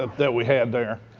that we had there.